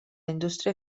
indústria